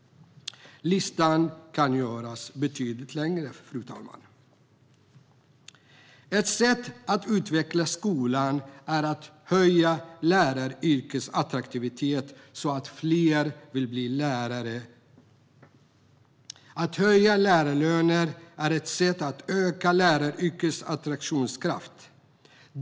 Listan kan göras betydligt längre, fru talman. Ett sätt att utveckla skolan är att höja läraryrkets attraktivitet så att fler vill bli lärare. Att höja lärarlöner är ett sätt att öka läraryrkets attraktionskraft.